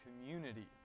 community